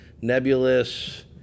nebulous